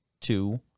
two